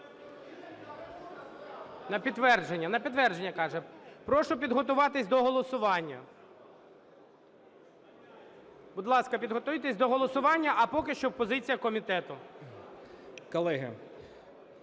На підтвердження. На підтвердження, каже. Прошу підготуватись до голосування. Будь ласка, підготуйтесь до голосування, а поки що позиція комітету.